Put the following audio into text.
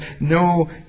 no